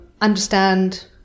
understand